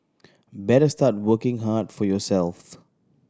better start working hard for yourself